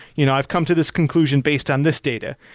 you know i've come to this conclusion based on this data.